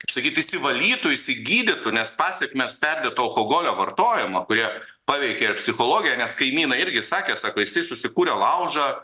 kaip sakyt išsivalytų išsigydytų nes pasekmės perdėto alkoholio vartojimo kurie paveikia ir psichologiją nes kaimynai irgi sakė sako jisai susikūrė laužą